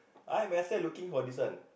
I myself looking for this one